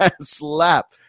slap